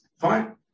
Fine